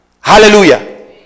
hallelujah